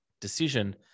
decision